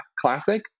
classic